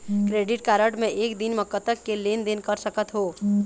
Credit card मे एक दिन म कतक के लेन देन कर सकत हो?